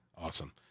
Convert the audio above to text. Awesome